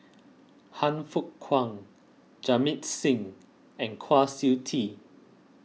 Han Fook Kwang Jamit Singh and Kwa Siew Tee